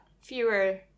fewer